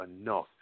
enough